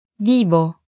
Vivo